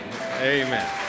Amen